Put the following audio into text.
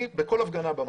כל הפגנה במחוז,